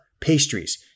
pastries